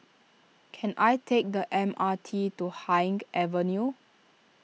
can I take the M R T to Haig Avenue